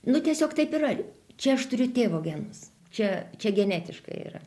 nu tiesiog taip yra čia aš turiu tėvo genus čia čia genetiškai yra